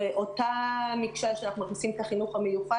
באותה מקשה שאנחנו מכניסים את החינוך המיוחד